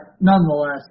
nonetheless